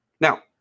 Now